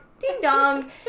ding-dong